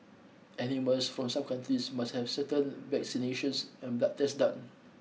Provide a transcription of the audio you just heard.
animals from some countries must have certain vaccinations and blood tests done